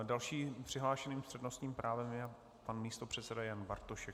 Dalším přihlášeným s přednostním právem je pan místopředseda Jan Bartošek.